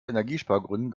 energiespargründen